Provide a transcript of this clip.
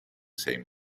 same